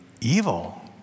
evil